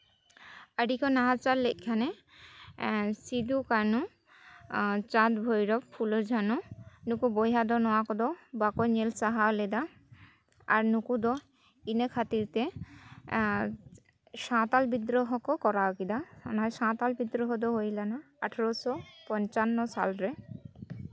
ᱟᱹᱰᱤ ᱠᱚ ᱱᱟᱦᱟᱪᱟᱨ ᱞᱮᱫ ᱠᱷᱟᱱᱮ ᱥᱤᱫᱩ ᱠᱟᱹᱱᱩ ᱪᱟᱸᱫᱽ ᱵᱷᱳᱭᱨᱚᱵᱽ ᱯᱷᱩᱞᱚ ᱡᱷᱟᱱᱚ ᱱᱩᱠᱩ ᱵᱚᱭᱦᱟ ᱫᱚ ᱱᱚᱣᱟ ᱠᱚᱫᱚ ᱵᱟᱠᱚ ᱧᱮᱞ ᱥᱟᱦᱟᱣ ᱞᱮᱫᱟ ᱟᱨ ᱱᱩᱠᱩ ᱫᱚ ᱤᱱᱟᱹ ᱠᱷᱟᱹᱛᱤᱨ ᱛᱮ ᱥᱟᱶᱛᱟᱞ ᱵᱤᱫᱽᱫᱨᱳᱦᱚ ᱠᱚ ᱠᱚᱨᱟᱣ ᱠᱮᱫᱟ ᱚᱱᱟ ᱥᱟᱶᱛᱟᱞ ᱵᱤᱫᱽᱫᱨᱳᱦᱚ ᱫᱚ ᱦᱩᱭ ᱞᱮᱱᱟ ᱟᱴᱷᱨᱳᱥᱚ ᱯᱚᱧᱪᱟᱱᱱᱚ ᱥᱟᱞᱨᱮ